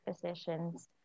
physicians